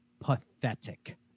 pathetic